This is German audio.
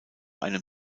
einem